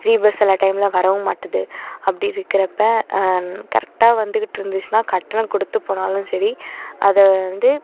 free bus சில டைமில் வரவும் மாட்டுது அப்படி இருக்கிறப்ப கரெக்டாக வந்துக்கிட்டுருந்துச்சின்னா கட்டணம் கொடுத்து போனாலும் சரி அதை வந்து